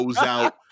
out